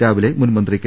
രാവിലെ മുൻമന്ത്രി കെ